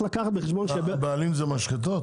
בעלים זה משחטות?